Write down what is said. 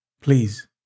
Please